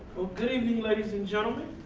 well good evening ladies and gentlemen.